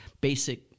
basic